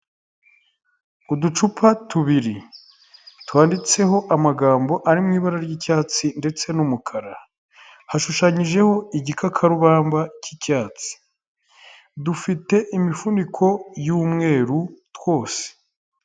Uducupa tubiri twanditseho amagambo ari mu ibara ry'icyatsi ndetse n'umukara, hashushanyijeho igikakarubamba cy'icyatsi, dufite imifuniko y'umweru twose.